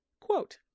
Quote